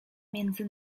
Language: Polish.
między